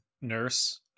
nurse